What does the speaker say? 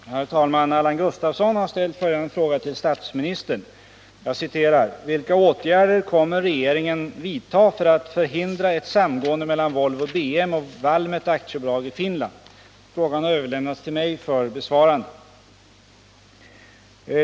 Herr talman! Allan Gustafsson har ställt följande fråga till statsministern: ”Vilka åtgärder ämnar regeringen vidta för att förhindra ett samgående mellan Volvo BM och Valmet ABi Finland?” Frågan har överlämnats till mig för besvarande.